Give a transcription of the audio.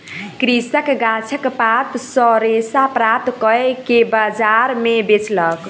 कृषक गाछक पात सॅ रेशा प्राप्त कअ के बजार में बेचलक